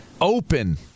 open